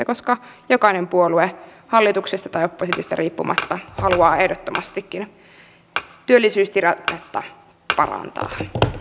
koska jokainen puolue hallituksesta tai oppositiosta riippumatta haluaa ehdottomastikin työllisyystilannetta parantaa